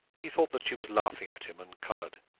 he thought that she was laughing at him, and coloured.